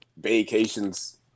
vacations